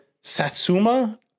satsuma